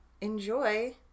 enjoy